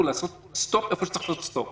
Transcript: המשבר ולאט לאט נוצרה קצת שחיקה באימפקט שלו,